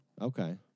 Okay